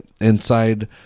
inside